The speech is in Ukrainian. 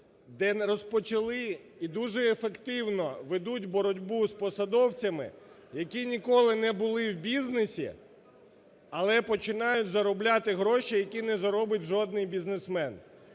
де розпочали і дуже ефективно ведуть боротьбу з посадовцями, які ніколи не були в бізнесі, але починають заробляти гроші, які не заробить жоден бізнесмен.